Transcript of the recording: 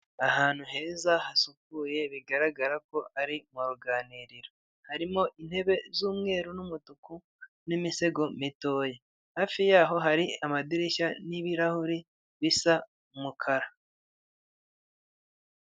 Ahantu heza hasukuye bigaragara ko ari mu ruganiriro harimo intebe z'umweru n'umutuku n'imisego mitoya, hafi yaho hari amadirishya n'ibirahuri bisa umukara.